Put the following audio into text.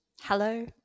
Hello